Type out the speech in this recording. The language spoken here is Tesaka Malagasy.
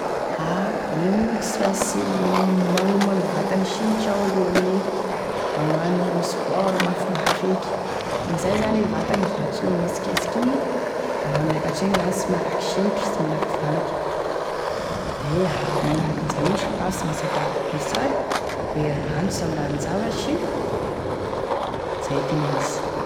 A igny moa koa sy mainsy manomagny vatagny signitry aho alohan'igny, magnano sport mafimafy eky, amin'izay zany e vatagny zatra gne mihetsiketsiky igny, da miakatry egny zany sy malaky sempotry, sy malaky valaky, de a magnaraky an'izay moa sakafo sy mainsy atao complet tsara, e rano sy ambaninzavatry, zay zay e tena izy.